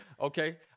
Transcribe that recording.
Okay